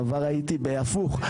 בעבר הייתי בהפוך.